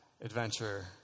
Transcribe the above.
adventure